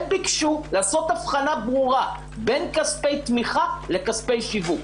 הם ביקשו לעשות הבחנה ברורה בין כספי תמיכה לכספי שיווק.